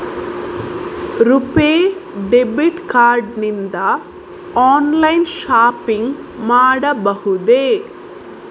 RuPay debit card ನಿಂದ online shopping ಮಾಡಬಹುದೇ?